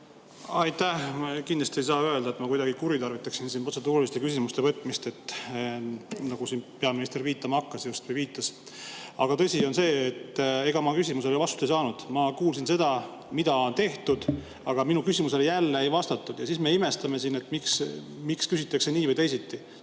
Aitäh! Kindlasti ei saa öelda, et ma kuidagi kuritarvitan protseduuriliste küsimuste võtmist, nagu siin peaminister just viitama hakkas või viitas. Aga tõsi on see, et ega ma küsimusele vastust ei saanud. Ma kuulsin seda, mida on tehtud, aga minu küsimusele jälle ei vastatud. Ja siis me imestame siin, miks küsitakse nii või teisiti